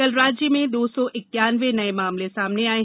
कल राज्य में दो सौ इक्यान्नवे नये मामले सामने आये